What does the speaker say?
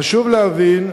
חשוב להבין,